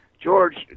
George